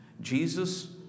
Jesus